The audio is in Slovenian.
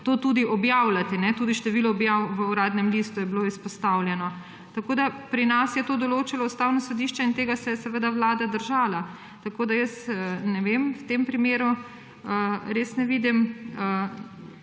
to tudi objavljati, tudi število objav v Uradnem listu je bilo izpostavljeno. Pri nas je to določalo Ustavno sodišče in tega se je seveda Vlada držala, tako da jaz ne vem, v tem primeru res ne vidim